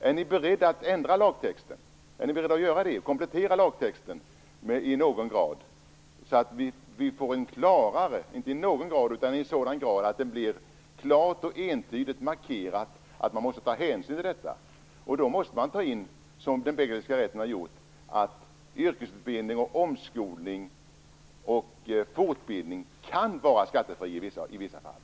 Är ni beredda att ändra lagtexten och komplettera den i sådan grad att det blir klart och entydigt markerat att man måste ta hänsyn till detta? Då måste man ta in, som har gjorts i den belgiska rätten, att yrkesutbildning, omskolning och fortbildning kan vara skattefria i vissa fall.